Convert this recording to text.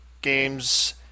games